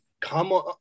come